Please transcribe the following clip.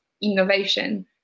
innovation